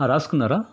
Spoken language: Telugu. రాసుకున్నారా